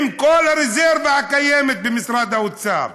עם כל הרזרבה הקיימת במשרד האוצר,